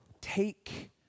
take